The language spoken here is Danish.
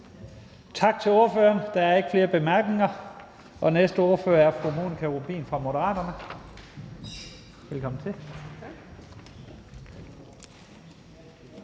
Tak til ordføreren. Der er ikke flere korte bemærkninger. Den næste ordfører er fru Monika Rubin fra Moderaterne. Velkommen til.